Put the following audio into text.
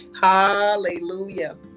Hallelujah